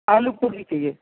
آلو سبزی چاہیے